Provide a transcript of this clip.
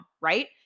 right